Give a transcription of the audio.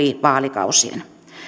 vaalikausien